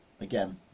again